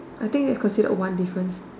I think that's considered one difference